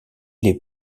les